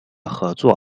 合作